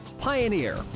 Pioneer